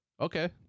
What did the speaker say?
Okay